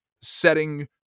setting